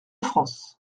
france